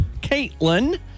Caitlin